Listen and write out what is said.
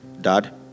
dad